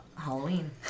Halloween